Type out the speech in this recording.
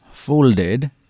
Folded